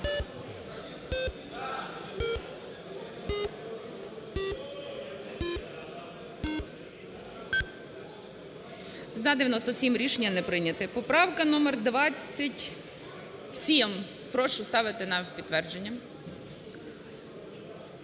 За-97 Рішення не прийняте. Поправка номер 27. Прошу ставити на підтвердження.